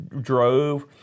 drove